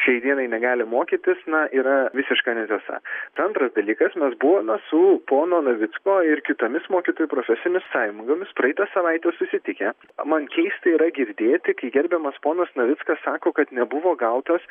šiai dienai negali mokytis na yra visiška netiesa antras dalykas mes buvome su pono navicko ir kitomis mokytojų profesinėmis sąjungomis praeitą savaitę susitikę man keista yra girdėti kai gerbiamas ponas navickas sako kad nebuvo gautas